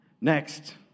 Next